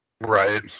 Right